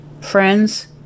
friends